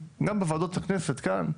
גם בוועדות הכנסת כאן,